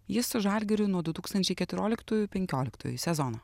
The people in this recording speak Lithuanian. jis su žalgiriu nuo du tūkstančiai keturioliktųjų penkioliktųjų sezono